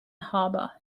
harbour